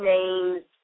Names